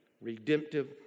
redemptive